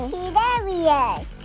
Hilarious